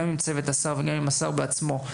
גם עם צוות השר וגם עם השר בעצמו,